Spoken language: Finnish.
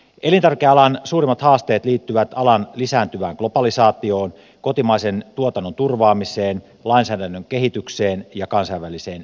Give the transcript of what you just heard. elintarvikealan suurimmat haasteet liittyvät alan lisääntyvään globalisaatioon kotimaisen tuotannon turvaamiseen lainsäädännön kehitykseen ja kansainväliseen rikollisuuteen